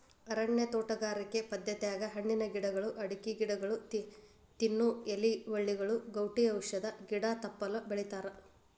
ಅರಣ್ಯ ತೋಟಗಾರಿಕೆ ಪದ್ಧತ್ಯಾಗ ಹಣ್ಣಿನ ಗಿಡಗಳು, ಅಡಕಿ ಗಿಡಗೊಳ, ತಿನ್ನು ಎಲಿ ಬಳ್ಳಿಗಳು, ಗೌಟಿ ಔಷಧ ಗಿಡ ತಪ್ಪಲ ಬೆಳಿತಾರಾ